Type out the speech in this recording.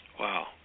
Wow